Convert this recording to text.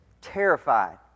terrified